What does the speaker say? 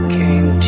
came